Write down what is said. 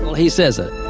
he says it.